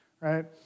Right